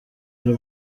y’u